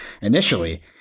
initially